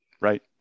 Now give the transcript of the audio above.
Right